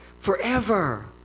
forever